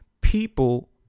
people